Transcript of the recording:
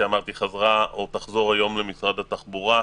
חזרה היום לאחריות משרד התחבורה.